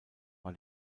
war